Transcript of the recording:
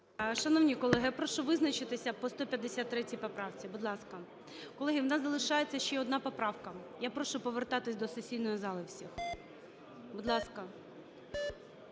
Шановні колеги, я прошу визначитися по 153 поправці. Будь ласка. Колеги, в нас залишається ще одна поправка. Я прошу повертатись до сесійної зали всіх. Будь ласка.